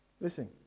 Listen